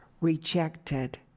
rejected